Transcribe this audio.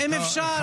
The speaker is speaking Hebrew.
אם אפשר,